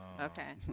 Okay